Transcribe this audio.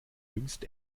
jüngst